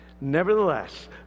Nevertheless